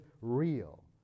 real